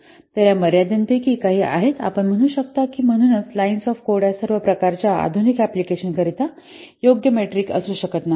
तर या मर्यादांपैकी काही आहेत आपण म्हणू शकता आणि किंवा म्हणूनच लाईन्स ऑफ कोड या सर्व प्रकारच्या आधुनिक अँप्लिकेशन करिता योग्य मेट्रिक असू शकत नाहीत